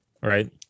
right